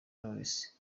knowless